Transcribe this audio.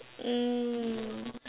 mm